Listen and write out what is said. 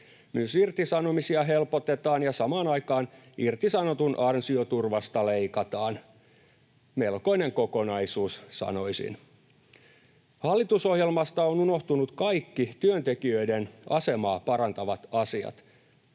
Myös irtisanomisia helpotetaan, ja samaan aikaan leikataan irtisanotun ansioturvasta. Melkoinen kokonaisuus, sanoisin. Hallitusohjelmasta ovat unohtuneet kaikki työntekijöiden asemaa parantavat asiat.